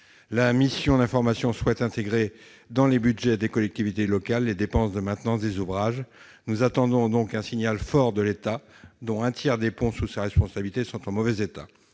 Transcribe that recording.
La mission d'information souhaite intégrer dans les budgets des collectivités locales les dépenses de maintenance des ouvrages. Nous attendons un signal fort de l'État, car un tiers des ponts sous sa responsabilité sont en mauvais état.